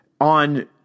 on